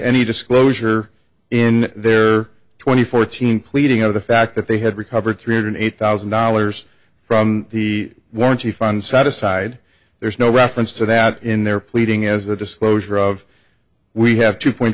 any disclosure in their twenty fourteen pleading of the fact that they have recovered three hundred eight thousand dollars from the warranty fund side aside there's no reference to that in their pleading as a disclosure of we have two point